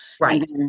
right